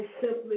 simply